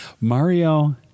Mario